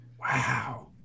Wow